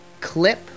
clip